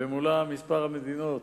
ומולה מספר המדינות